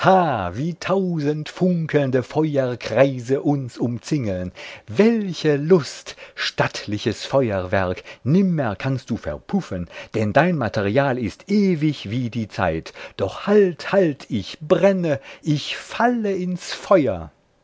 wie tausend funkelnde feuerkreise uns umzingeln welche lust stattliches feuerwerk nimmer kannst du verpuffen denn dein material ist ewig wie die zeit doch halt halt ich brenne ich falle ins feuer